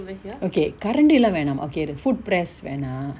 okay கரண்டிலா வேணாம்:karandila venam okay the food press வேணா:vena